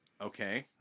okay